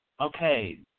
okay